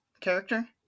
character